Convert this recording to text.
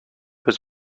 was